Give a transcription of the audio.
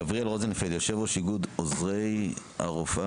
רוזנפלד, יושב ראש איגוד עוזרי רופא